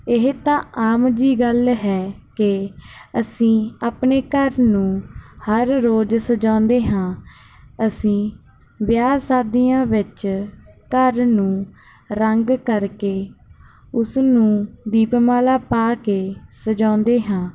ਇਹ ਤਾਂ ਆਮ ਜਿਹੀ ਗੱਲ ਹੈ ਕਿ ਅਸੀਂ ਆਪਣੇ ਘਰ ਨੂੰ ਹਰ ਰੋਜ਼ ਸਜਾਉਂਦੇ ਹਾਂ ਅਸੀਂ ਵਿਆਹ ਸ਼ਾਦੀਆਂ ਵਿੱਚ ਘਰ ਨੂੰ ਰੰਗ ਕਰਕੇ ਉਸਨੂੰ ਦੀਪਮਾਲਾ ਪਾ ਕੇ ਸਜਾਉਂਦੇ ਹਾਂ